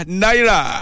naira